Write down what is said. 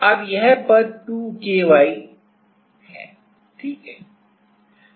अब यह पद 2 K y सही है